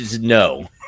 No